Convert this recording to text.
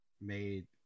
made